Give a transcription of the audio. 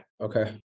Okay